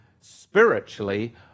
spiritually